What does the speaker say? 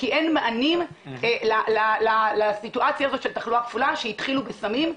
כי אין מענים לסיטואציה הזאת של תחלואה כפולה שהתחילו מסמים קלים,